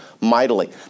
mightily